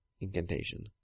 incantation